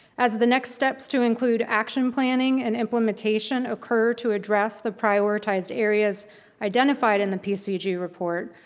as the next steps to include action planning and implementation occur to address the prioritized areas identified in the pcg report,